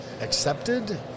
accepted